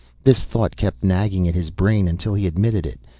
this thought kept nagging at his brain until he admitted it.